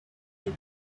good